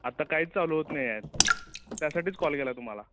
आता काहीच चालू होत नाही आहे त्यासाठीच कॉल केला आहे तुम्हाला